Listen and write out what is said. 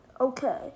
Okay